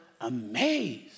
amazed